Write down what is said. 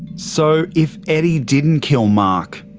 so if eddie didn't kill mark,